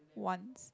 once